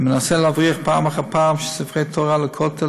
היא מנסה להבריח פעם אחר פעם ספרי תורה לכותל,